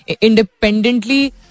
independently